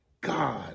God